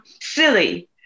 silly